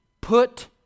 put